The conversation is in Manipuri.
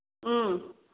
ꯎꯝ